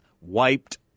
wiped